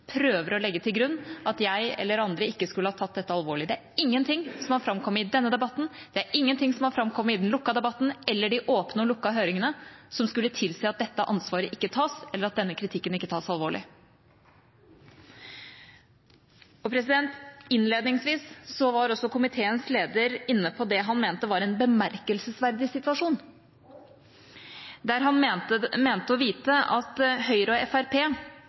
prøver å legge til grunn at jeg eller andre ikke skulle ha tatt dette alvorlig. Det er ingenting som har framkommet i denne debatten, det er ingenting som har framkommet i den lukkede debatten eller i de åpne eller lukkede høringene, som skulle tilsi at dette ansvaret ikke tas, eller at denne kritikken ikke tas alvorlig. Innledningsvis var komiteens leder inne på det han mente var en bemerkelsesverdig situasjon, der han mente å vite at Høyre og